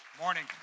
Morning